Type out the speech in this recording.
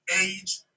Age